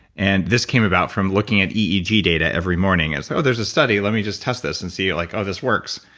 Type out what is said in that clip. and this came about from looking at eeg data every morning, and so there's a study, let me just test this, and see like, oh this works.